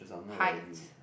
heights